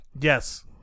yes